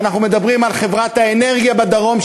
אנחנו מדברים על חברת האנרגיה בדרום,